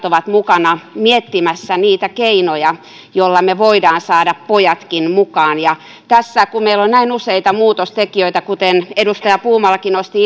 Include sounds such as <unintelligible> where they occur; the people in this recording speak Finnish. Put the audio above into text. <unintelligible> ovat mukana miettimässä keinoja joilla me voimme saada pojatkin mukaan kun meillä on tässä näin useita muutostekijöitä edustaja puumalakin nosti <unintelligible>